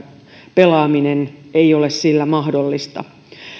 pelaaminen ei ole sillä mahdollista